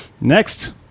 Next